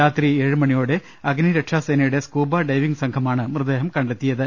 രാത്രി ഏഴ് ് മണിയോടെ അഗ്നി രക്ഷാസേന്യുടെ സ്കൂബ ഡൈവിംഗ് സംഘമാണ് മൃതദേഹം കണ്ടെത്തിയത്